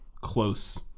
close